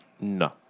No